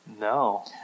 No